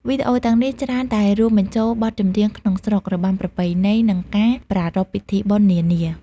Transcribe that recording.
វីដេអូទាំងនេះច្រើនតែរួមបញ្ចូលបទចម្រៀងក្នុងស្រុក របាំប្រពៃណី និងការប្រារព្ធពិធីបុណ្យនានា។